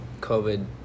COVID